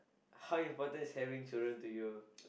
how important is having children to you